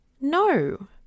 No